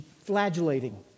flagellating